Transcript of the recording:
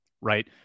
Right